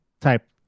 type